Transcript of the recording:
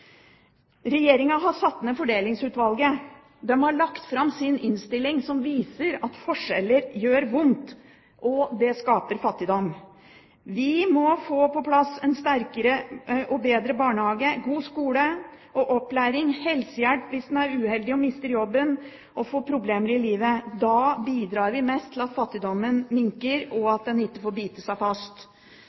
har satt ned Fordelingsutvalget. De har lagt fram sin innstilling, som viser at forskjeller gjør vondt, og at det skaper fattigdom. Vi må få på plass en sterkere og bedre barnehage, en god skole, opplæring og helsehjelp hvis man er uheldig og mister jobben og får problemer i livet. Da bidrar vi mest til at fattigdommen minker og ikke får bite seg fast.